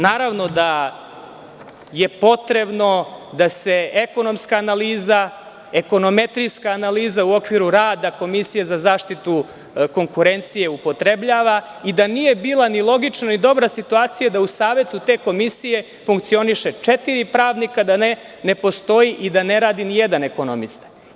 Naravno da je potrebno da se ekonomska analiza, ekonometrijska analiza u okviru rada Komisije za zaštitu konkurencije upotrebljava i da nije bila ni logična ni dobra situacija da u Savetu te komisije funkcionišu četiri pravnika, da ne postoji i da ne radi ni jedan ekonomista.